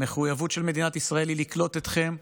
המחויבות של מדינת ישראל היא לקלוט אתכם,